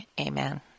amen